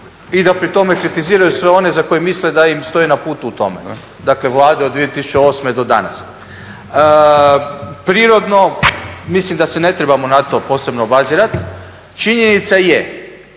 i da pri tome kritiziraju sve one za koje misle da im stoje na putu u tome. Dakle, Vlade od 2008. do danas. Prirodno, mislim da se ne trebamo na to posebno obazirat. Činjenica je